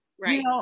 right